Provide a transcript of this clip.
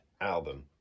album